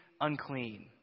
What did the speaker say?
unclean